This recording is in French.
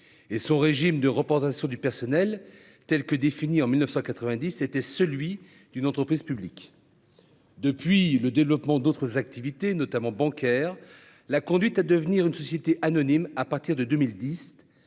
et son régime de représentation du personnel, défini en 1990, était celui d'une entreprise publique. Depuis lors, le développement d'autres activités, notamment bancaires, l'a conduite à devenir une société anonyme, à partir de 2010,